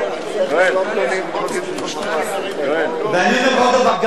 ואני אומר לך עוד דבר: גם אני,